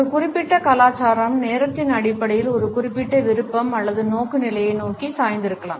ஒரு குறிப்பிட்ட கலாச்சாரம் நேரத்தின் அடிப்படையில் ஒரு குறிப்பிட்ட விருப்பம் அல்லது நோக்குநிலையை நோக்கி சாய்ந்திருக்கலாம்